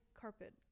carpet